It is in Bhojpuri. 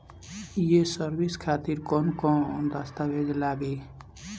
ये सर्विस खातिर कौन कौन दस्तावेज लगी?